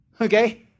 Okay